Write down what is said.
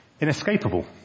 inescapable